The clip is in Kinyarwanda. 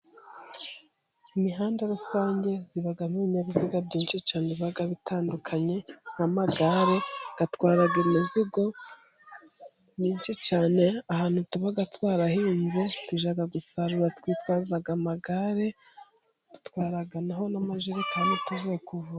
Imihanda rusange ibamo ibinyabiziga byinshi cyane biba bitandukanye nk'amagare atwara imizigo myinshi cyane, ahantu tuba twarahinze tujya gusarura twitwaza amagare, dutwaraho n'amajerekani tuvuye kuvoma .